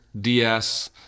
DS